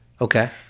Okay